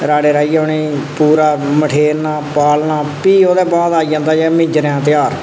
राह्ड़े राहियै उ'नें ई पूरा मठेरना पालना भी ओह्दे बाद आई जंदा ऐ मिंजरें दा तेहार